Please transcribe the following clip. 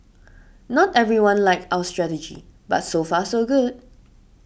not everyone like our strategy but so far so good